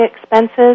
expenses